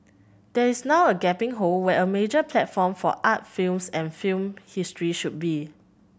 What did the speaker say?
there is now a gaping hole where a major platform for art films and film history should be